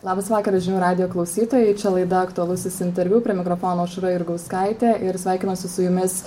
labas vakaras žinių radijo klausytojai čia laida aktualusis interviu prie mikrofono aušra jurgaiskaitė ir sveikinuosi su jumis